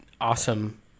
awesome